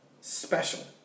special